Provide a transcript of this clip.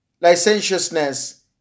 licentiousness